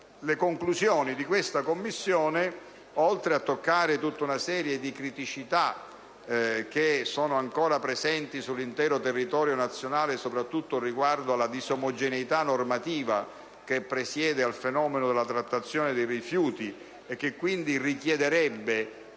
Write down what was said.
le relative conclusioni, oltre a toccare tutta una serie di criticità che sono ancora presenti sull'intero territorio nazionale soprattutto riguardo alla disomogeneità normativa che presiede al fenomeno della trattazione dei rifiuti, che quindi richiederebbe